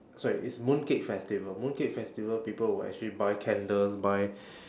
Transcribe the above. sorry it's mooncake festival mooncake festival people will actually buy candles buy